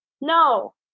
No